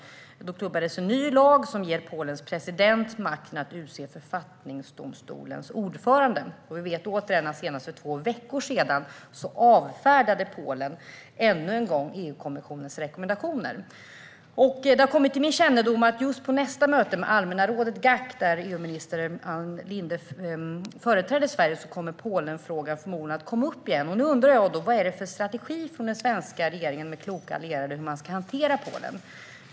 Då klubbades en ny lag som ger Polens president makten att utse författningsdomstolens ordförande. Vi vet återigen att senast för två veckor sedan avfärdade Polen ännu en gång EU-kommissionens rekommendationer. Det har kommit till min kännedom att just på nästa möte med allmänna rådet, GAC, där EU-minister Ann Linde företräder Sverige, kommer Polenfrågan förmodligen att komma upp igen. Vilken strategi har den svenska regeringen tillsammans med kloka allierade för hur man ska hantera Polen?